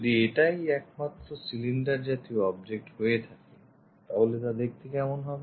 যদি এটাই একমাত্র cylinder জাতীয় object হয়ে থাকে তাহলে তা কেমন দেখতে হবে